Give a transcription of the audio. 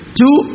two